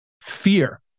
fear